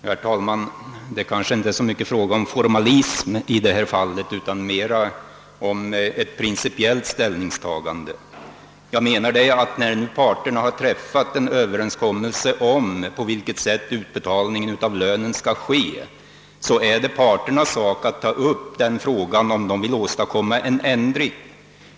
Herr talman! Det kanske inte är så mycket fråga om formalism i detta fall utan mera om ett principiellt ställningstagande, Jag menar, att när parterna har träffat en överenskommelse om på vilket sätt utbetalningen av lönen skall ske, så är det parternas sak att ta upp frågan, om de vill åstadkomma en ändring.